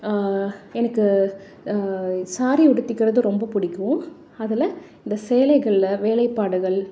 எனக்கு ஸாரீ உடுத்திக்கிறது ரொம்ப பிடிக்கும் அதில் இந்த சேலைகளில் வேலைப்பாடுகள்